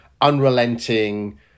unrelenting